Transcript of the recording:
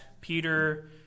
Peter